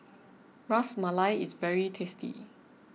Ras Malai is very tasty